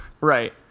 Right